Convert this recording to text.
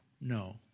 no